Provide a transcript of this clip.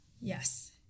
Yes